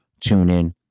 TuneIn